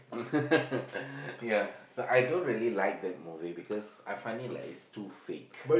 ya so I don't really like that movie because I find it like it's too fake